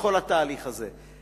בכל התהליך הזה.